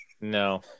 No